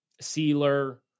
Sealer